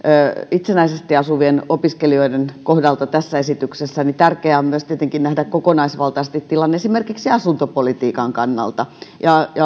itsenäisesti asuvien opiskelijoiden kohdasta tässä esityksessä niin tärkeää on tietenkin nähdä myös kokonaisvaltaisesti tilanne esimerkiksi asuntopolitiikan kannalta